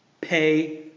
pay